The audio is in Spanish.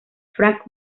frank